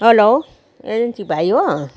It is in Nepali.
हेलो ए रिन्ची भाइ हो